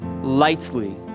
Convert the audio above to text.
lightly